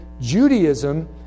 Judaism